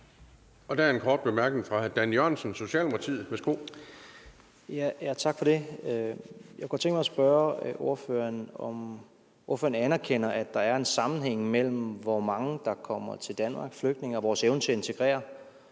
Der er en kort bemærkning fra hr. Dan Jørgensen, Socialdemokratiet. Værsgo. Kl. 17:50 Dan Jørgensen (S): Tak for det. Jeg kunne godt tænke mig at spørge ordføreren, om ordføreren anerkender, at der er en sammenhæng mellem, hvor mange flygtninge der kommer til Danmark og vores evne til at integrere,